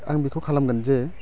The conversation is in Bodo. आं बिखौ खालामगोन जे